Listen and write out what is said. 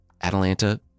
Atalanta